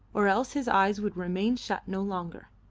or else his eyes would remain shut no longer.